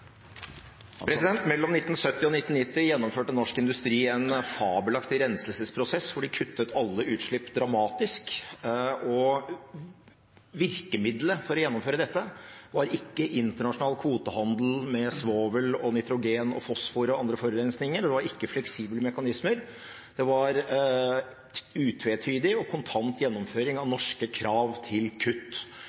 Mellom 1970 og 1990 gjennomførte norsk industri en fabelaktig renselsesprosess hvor de kuttet alle utslipp dramatisk. Virkemiddelet for å gjennomføre dette var ikke internasjonal kvotehandel med svovel, nitrogen, fosfor og annen forurensning. Det var ikke fleksible mekanismer. Det var en utvetydig og kontant gjennomføring av norske krav til kutt.